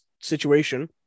Situation